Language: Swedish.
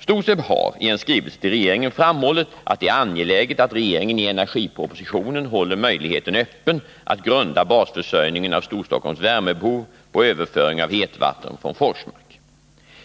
STOSEB har i en skrivelse till regeringen framhållit att det är angeläget att regeringen i energipropositionen håller möjligheten öppen att grunda basförsörjningen av Storstockholms värmebehov på överföring av hetvatten från Forsmark.